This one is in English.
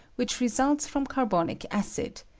which results from carbonic acid,